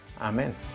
Amen